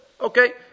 Okay